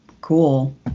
Cool